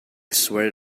swear